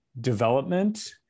development